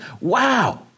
wow